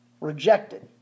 rejected